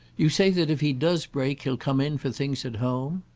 you say that if he does break he'll come in for things at home?